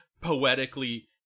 poetically